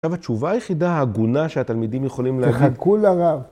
‫עכשיו, התשובה היחידה הגונה ‫שהתלמידים יכולים להגיד... ‫תחכו לרב.